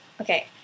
Okay